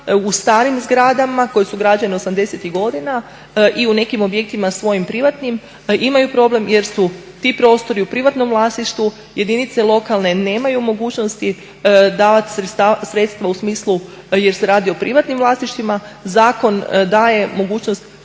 u starim zgradama koje su građene '80-ih godina i u nekim objektima svojim privatnim imaju problem jer su ti prostori u privatnom vlasništvu, jedinice lokalne nemaju mogućnosti davati sredstva u smislu jer se radi o privatnim vlasništvima. Zakon daje mogućnost